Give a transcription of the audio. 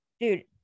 Dude